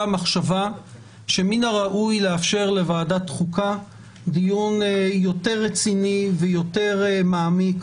המחשבה שמן הראוי לאפשר לוועדת החוקה דיון יותר רציני ומעמיק